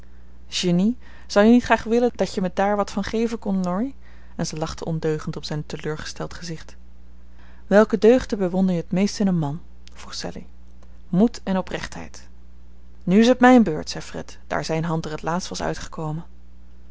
zou je niet graag willen dat je me daar wat van geven kon laurie en ze lachte ondeugend om zijn teleurgesteld gezicht welke deugden bewonder je het meest in een man vroeg sallie moed en oprechtheid nu is het mijn beurt zei fred daar zijn hand er het laatst was uitgekomen